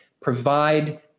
provide